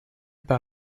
par